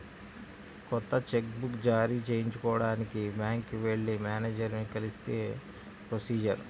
కొత్త cheque book జారీ చేయించుకోడానికి బ్యాంకుకి వెళ్లి మేనేజరుని కలిస్తే ప్రొసీజర్